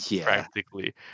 practically